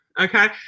okay